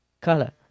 color